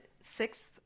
sixth